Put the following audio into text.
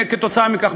כתוצאה מכך,